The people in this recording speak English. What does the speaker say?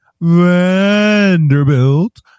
Vanderbilt